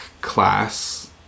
class